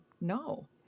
No